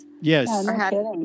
Yes